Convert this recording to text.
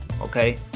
okay